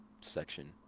section